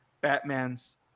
Batman's